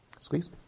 Squeeze